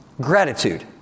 gratitude